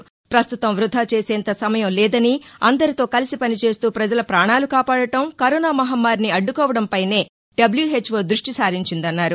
పస్తుతం వృధా చేసేంత సమయం లేదని అందరితో కలిసి పనిచేస్తూ ప్రజల పాణాలు కాపాడటం కరోనా మహమ్మారిని అడ్డుకోవడంపైనే డబ్యూహెచ్వో దృష్టి సారించిందన్నారు